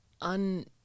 un